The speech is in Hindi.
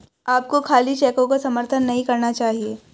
आपको खाली चेकों का समर्थन नहीं करना चाहिए